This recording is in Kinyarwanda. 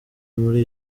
muri